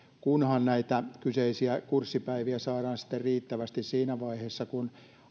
kunhan näitä kyseisiä kurssipäiviä saadaan sitten riittävästi siinä vaiheessa kun